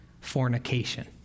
fornication